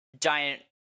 giant